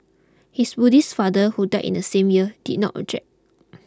his Buddhist father who died in the same year did not object